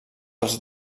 els